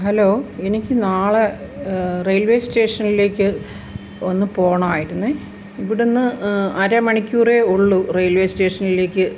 hello എനിക്ക് നാളെ railway സ്റ്റേഷനിലേക്ക് ഒന്ന് പോണമായിരുന്നു ഇവിടെന്ന് അരമണിക്കൂർ ഉള്ളു റെയിൽവേ സ്റ്റേഷനിലേക്ക്